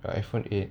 the iphone eight